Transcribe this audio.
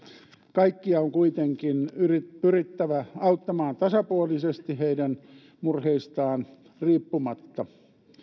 kaikkia on kuitenkin pyrittävä auttamaan tasapuolisesti heidän murheistaan riippumatta